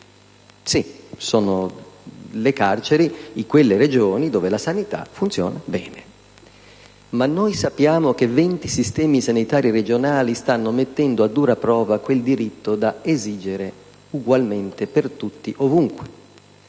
Sì, sono le carceri di quelle Regioni dove la sanità funziona bene. Ma noi sappiamo che 20 sistemi sanitari regionali stanno mettendo a dura prova quel diritto da esigere ugualmente per tutti ovunque.